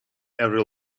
every